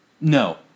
No